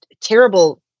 terrible